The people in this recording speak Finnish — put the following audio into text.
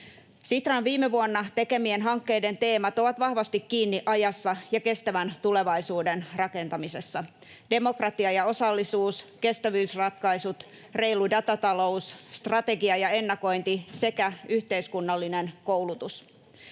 Sitran viime vuonna tekemien hankkeiden teemat ovat vahvasti kiinni ajassa ja kestävän tulevaisuuden rakentamisessa: demokratia ja osallisuus, kestävyysratkaisut, reilu datatalous, strategia ja ennakointi sekä yhteiskunnallinen koulutus.